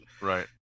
Right